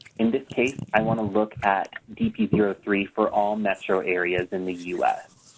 in this case i want to look at d p zero three for all metro areas in the us.